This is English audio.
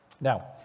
Now